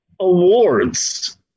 awards